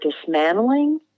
dismantling